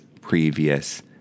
previous